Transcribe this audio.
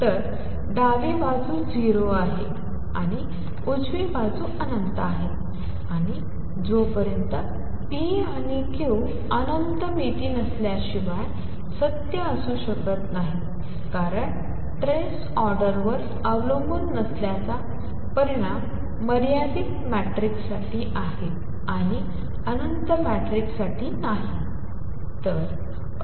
तर डावी बाजू 0 आहे आणि उजवी बाजू अनंत आहे आणि जोपर्यंत p आणि q अनंत मिती नसल्याशिवाय सत्य असू शकत नाही कारण ट्रेस ऑर्डरवर अवलंबून नसल्याचा परिणाम मर्यादित मॅट्रिकसाठी आहे आणि अनंत मॅट्रिकसाठी नाही